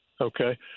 Okay